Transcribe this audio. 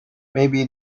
maybe